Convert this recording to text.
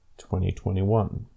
2021